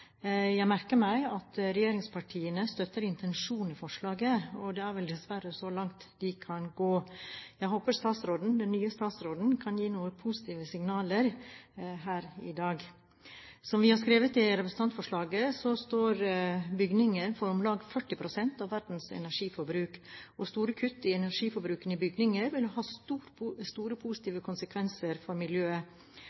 Jeg merker meg at regjeringspartiene støtter intensjonen i forslagene, og det er vel dessverre så langt de kan gå. Jeg håper den nye statsråden kan gi noen positive signaler her i dag. Som vi har skrevet i representantforslaget, står bygninger for om lag 40 pst. av verdens energiforbruk, og store kutt i energiforbruket i bygninger vil ha store